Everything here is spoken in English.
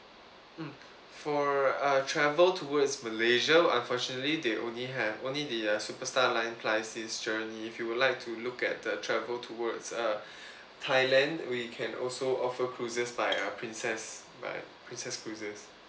mm for uh travel towards malaysia unfortunately they only have only the uh superstar line pisces journey if you would like to look at the travel towards uh thailand we can also offer cruises by uh princess by princess cruises